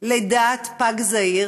לידת פג זעיר